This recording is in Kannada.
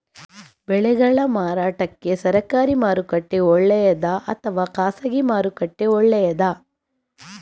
ಬೆಳೆಗಳ ಮಾರಾಟಕ್ಕೆ ಸರಕಾರಿ ಮಾರುಕಟ್ಟೆ ಒಳ್ಳೆಯದಾ ಅಥವಾ ಖಾಸಗಿ ಮಾರುಕಟ್ಟೆ ಒಳ್ಳೆಯದಾ